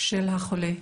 של החולה,